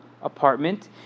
Apartment